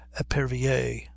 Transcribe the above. Epervier